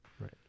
Right